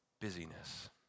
busyness